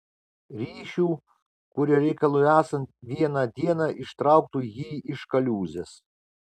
ryšių kurie reikalui esant vieną dieną ištrauktų jį iš kaliūzės